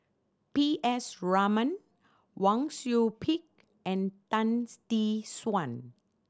P S Raman Wang Sui Pick and Tan Tee Suan